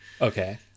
okay